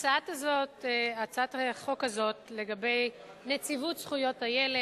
הצעת החוק הזאת, לגבי נציבות זכויות הילד,